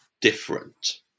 different